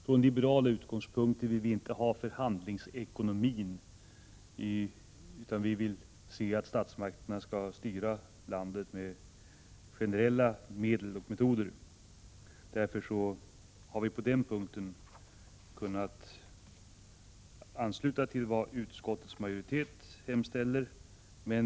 Från liberal utgångspunkt vill vi inte ha en förhandlingsekonomi utan att statsmakterna skall styra landet med generella medel och metoder. Vi har därför kunnat ansluta oss till vad utskottsmajoriteten hemställer.